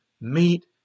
meet